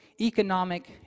economic